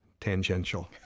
tangential